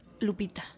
Lupita